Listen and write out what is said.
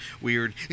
weird